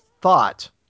thought